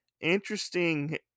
interesting